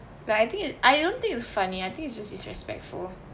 like I think I don't think it's funny I think it's just disrespectful